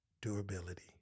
durability